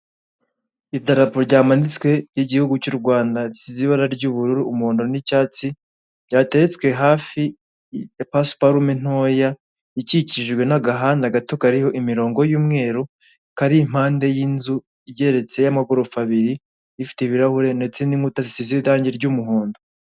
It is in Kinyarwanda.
Idatarapo ryamanitswe igihugu cy'u Rwanda risize ibara ry'ubururu umuhondo n'icyatsi byatetswe hafi ya pasiparume ntoya ikikijwe n'agahanda gato kariho imirongo y'umweru kari impande y'inzu igeretse y'amagorofa abiri ifite ibirahure ndetse n'inkuta zisize' irangi ry'umuhondo.